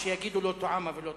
שיגידו לו טועמה ולא טועמה,